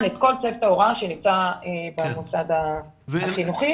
כל צוות ההוראה שנמצא במוסד החינוכי.